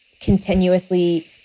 continuously